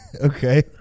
Okay